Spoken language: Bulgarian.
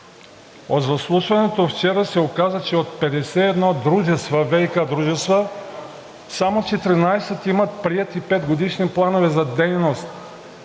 От изслушването вчера се оказа, че от 51 ВиК дружества само 14 имат приети петгодишни планове за дейност,